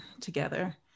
together